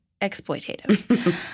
exploitative